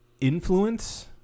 influence